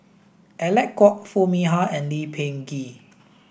Alec Kuok Foo Mee Har and Lee Peh Gee